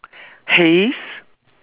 haize